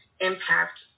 impact